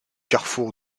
carrefour